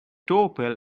doorbell